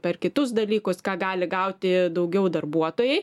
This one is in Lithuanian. per kitus dalykus ką gali gauti daugiau darbuotojai